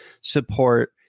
support